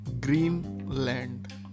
Greenland